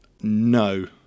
no